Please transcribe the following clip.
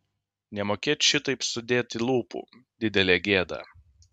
nemokėt šitaip sudėti lūpų didelė gėda